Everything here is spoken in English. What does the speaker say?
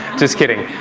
just kidding,